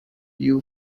you